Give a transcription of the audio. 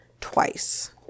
twice